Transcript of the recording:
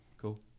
cool